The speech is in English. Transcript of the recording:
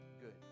good